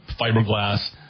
fiberglass